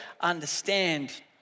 understand